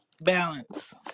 Balance